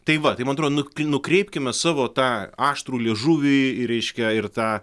tai va tai man atrodo nu nukreipkime savo tą aštrų liežuvį ir reiškia ir tą